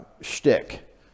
shtick